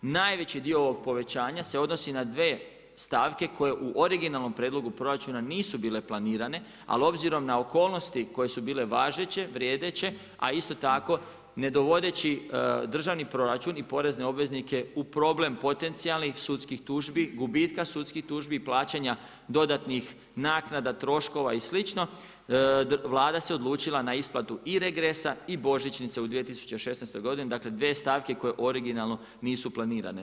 Najveći dio ovog povećanja se odnosi na dvije stavke koje u originalnom prijedlogu proračuna nisu bile planirane, ali obzirom na okolnosti koje su bile važeće vrijedeće, a isto tako ne dovodeći državni proračun i porezne obveznike u problem potencijalnih sudskih tužbi, gubitka sudskih tužbi, plaćanja dodatnih naknada troškova i slično, Vlada se odlučila na isplatu i regresa i božićnice u 2016. godini, dakle dvije stavke koje originalno nisu planirane.